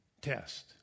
test